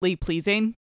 pleasing